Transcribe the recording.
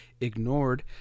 ignored